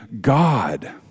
God